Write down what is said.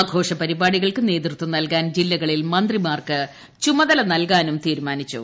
ആഘോഷ പരിപാടികൾക്ക് നേതൃത്വം നൽകാൻ ജില്ലകളിൽ മന്ത്രിമാർക്ക് ചുമതല നൽകാനും തീരുമാനിച്ചു